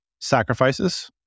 sacrifices